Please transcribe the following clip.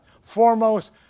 foremost